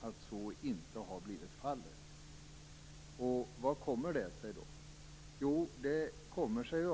att så inte blivit fallet med dessa kedjeföretag. Hur kommer det sig?